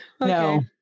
no